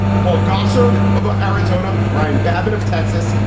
paul gosar of ah arizona. brian babbitt of texas.